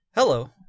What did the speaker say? Hello